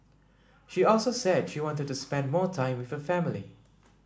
she also said she wanted to spend more time with her family